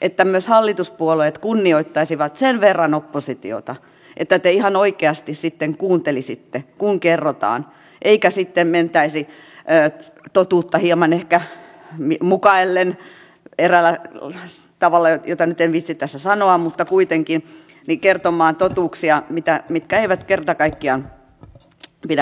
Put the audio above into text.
että myös hallituspuolueet kunnioittaisivat sen verran oppositiota että te ihan oikeasti sitten kuuntelisitte kun kerrotaan eikä mentäisi totuutta hieman ehkä mukaillen eräällä tavalla jota nyt en viitsi tässä sanoa mutta kuitenkin kertomaan totuuksia mitkä eivät kerta kaikkiaan pidä paikkaansa